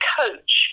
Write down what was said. coach